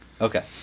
Okay